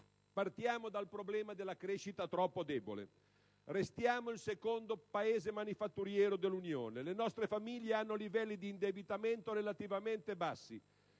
Partiamo dal problema della crescita troppo debole. Restiamo il secondo Paese manifatturiero dell'Unione; le nostre famiglie hanno livelli di indebitamento relativamente bassi;